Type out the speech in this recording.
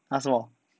!huh! 什么